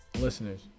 Listeners